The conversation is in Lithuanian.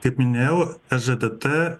kaip minėjau ezdt